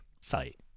site